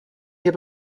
hier